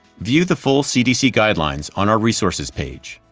view the full cdc guidelines on our resources page.